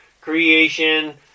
creation